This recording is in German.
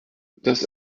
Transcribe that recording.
das